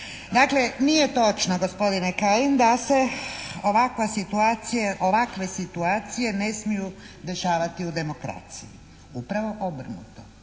Dakle, nije točno gospodine Kajin da se ovakva situacija, ovakve situacije ne smiju dešavati u demokraciji. Upravo obrnuto,